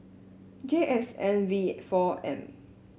J X N V four M